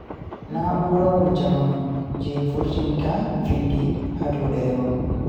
Na'urawol jamanu je vurtinta vindi ha dow derewol